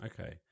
Okay